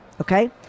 okay